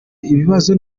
ibibazo